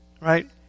Right